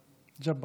ג'בארין,